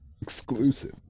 Exclusive